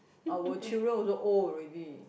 our children also old already